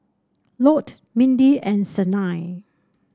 Lott Mindy and Sanai